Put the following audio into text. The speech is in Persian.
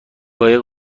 قایق